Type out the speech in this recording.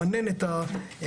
למנן את הקנביס,